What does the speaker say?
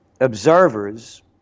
observers